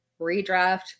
redraft